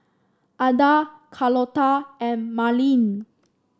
Ada Carlota and Marlin